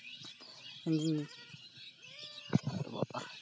ᱩᱸ